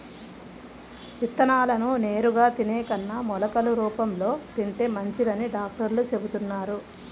విత్తనాలను నేరుగా తినే కన్నా మొలకలు రూపంలో తింటే మంచిదని డాక్టర్లు చెబుతున్నారు